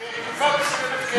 בתקופה מסוימת כן.